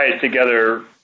together